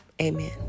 amen